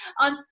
on